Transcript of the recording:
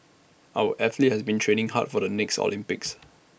our athletes have been training hard for the next Olympics